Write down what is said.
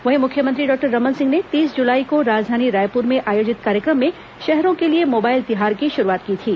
वहीं मुख्यमंत्री डॉक्टर रमन सिंह ने तीस जुलाई को राजधानी रायपुर में आयोजित कार्यक्रम में शहरों के लिए मोबाइल तिहार की शुरूआत की थी